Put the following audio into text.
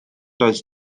does